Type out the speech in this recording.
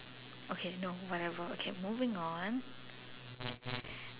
okay no whatever okay moving on